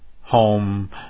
home